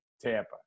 Tampa